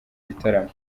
gitaramo